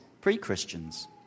pre-Christians